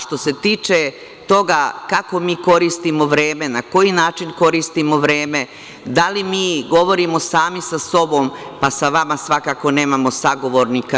Što se tiče toga kako koristimo vreme, na koji način koristimo vreme, da li govorimo sami sa sobom, pa sa vama svakako nemamo sagovornika.